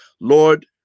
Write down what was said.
Lord